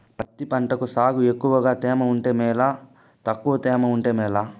పత్తి పంట సాగుకు ఎక్కువగా తేమ ఉంటే మేలా తక్కువ తేమ ఉంటే మేలా?